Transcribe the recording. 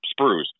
sprues